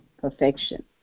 perfection